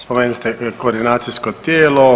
Spomenuli ste koordinacijsko tijelo.